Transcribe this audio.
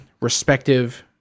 respective